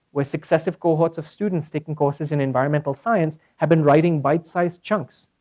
where successive cohorts of students taking courses in environmental science have been writing bite sized chunks.